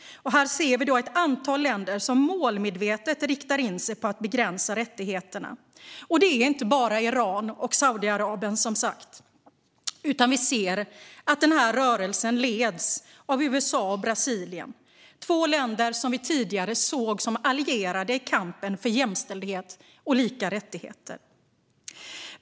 Vi ser att ett antal länder målmedvetet riktar in sig på att begränsa rättigheterna. Det är som sagt inte bara Iran och Saudiarabien, utan vi ser att den här rörelsen leds av USA och Brasilien - två länder som vi tidigare såg som allierade i kampen för jämställdhet och lika rättigheter.